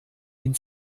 ihn